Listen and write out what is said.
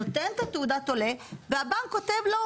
נותן לבנק את תעודת העולה והבנק לא